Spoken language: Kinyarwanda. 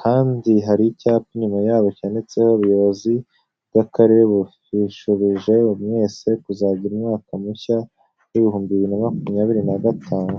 kandi hari icyapa inyuma yabo cyanditseho ubuyobozi bw'akarere bwifurije buri wese kuzagira umwaka mushya w'ibihumbi bibiri na makumyabiri n'agatanu.